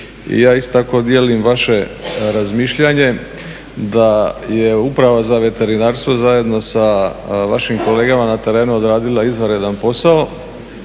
I ja isto tako dijelim vaše razmišljanje da je Uprava za veterinarstvo zajedno sa vašim kolegama na terenu odradila izvanredan posao.